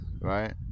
right